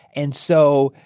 and so,